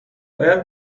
باید